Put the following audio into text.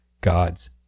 God's